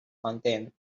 content